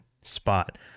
spot